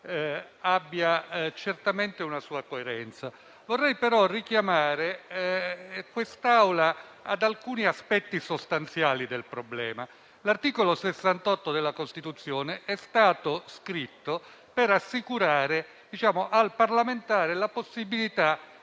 dal punto di vista formale. Vorrei però richiamare quest'Assemblea ad alcuni aspetti sostanziali del problema. L'articolo 68 della Costituzione è stato scritto per assicurare al parlamentare la possibilità